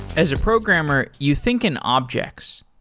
as a programmer, you think in objects.